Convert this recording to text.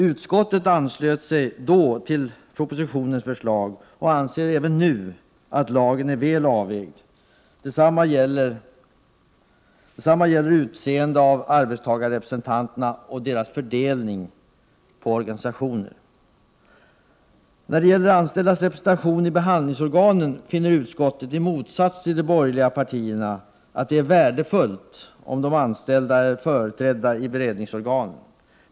Utskottet anslöt sig då till propositionens förslag och anser även nu att lagen är väl avvägd. Detsamma gäller sättet att utse arbetstagarrepresentanter och deras fördelning på organisationer. När det gäller de anställdas representation i behandlingsorganen finner utskottet — i motsats till de borgerliga partierna — att det är värdefullt om de anställda är företrädda i beredningsorganen.